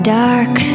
dark